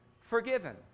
forgiven